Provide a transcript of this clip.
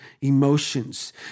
emotions